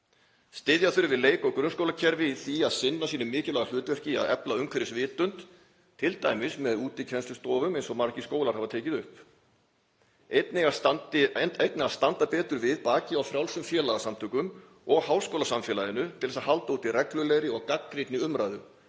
styðja þurfi við leik- og grunnskólakerfið í því að sinna sínu mikilvæga hlutverki að efla umhverfisvitund, t.d. með útikennslustofum eins og margir skólar hafa tekið upp, einnig að styðja betur við bakið á frjálsum félagasamtökum og háskólasamfélaginu til að halda úti reglulegri og gagnrýnni umræðu